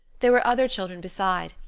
there were other children beside,